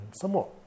somewhat